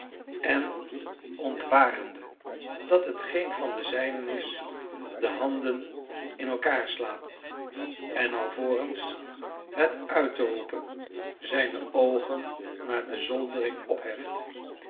nummaryen ontwarende dat het geen van de zijnen is de handen in elkander slaat en alvorens het uit te roepen zijne oogen naar de zoldering opheft